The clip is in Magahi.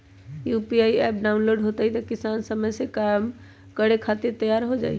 यू.पी.आई एप्प डाउनलोड होई त कितना समय मे कार्य करे खातीर तैयार हो जाई?